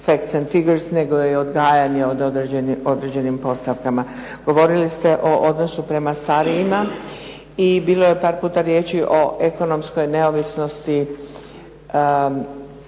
"facts and figures" nego je i odgajanje određenim postavkama. Govorili ste o odnosu prema starijima i bilo je par puta riječi o ekonomskoj neovisnosti